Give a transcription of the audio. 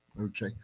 Okay